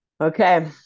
Okay